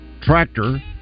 tractor